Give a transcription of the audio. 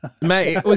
Mate